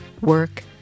work